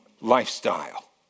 lifestyle